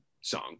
song